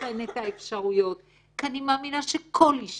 להראות להן את האפשרויות כי אני מאמינה שכל אישה,